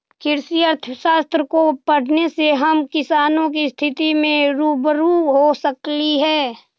कृषि अर्थशास्त्र को पढ़ने से हम किसानों की स्थिति से रूबरू हो सकली हे